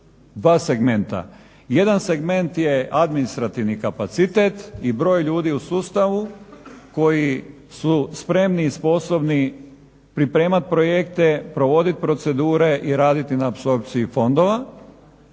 2 segmenta. Jedan segment je administrativni kapacitet i broj ljudi u sustavu koji su spremni i sposobni pripremat projekte, provodit procedure i raditi na apsorpciji fondova.